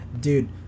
dude